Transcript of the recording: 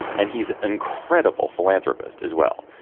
and he is an incredible philanthropist as well.